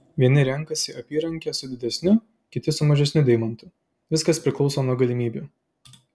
vieni renkasi apyrankę su didesniu kiti su mažesniu deimantu viskas priklauso nuo galimybių